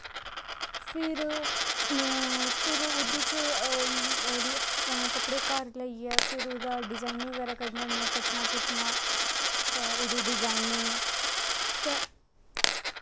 फिर ओह्दे च कपड़े घर लेआइयै फिर ओह्दा डिज़ाईनिंग बगैरा करने होन्ने कपड़े कट्टनां कुट्टनां ते ओह्दी डिज़ाईनिंग ते